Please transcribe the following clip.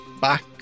back